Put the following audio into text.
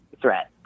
threat